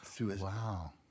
Wow